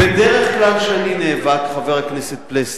בדרך כלל כשאני נאבק, חבר הכנסת פלסנר,